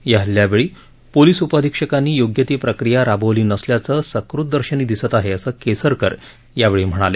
या हल्ल्यावेळी पोलीस उपअधिक्षकांनी योग्य ती प्रक्रिया राबवली नसल्याचं सकृत दर्शनी दिसत आहे असं केसरकर यावेळी म्हणाले